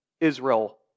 Israel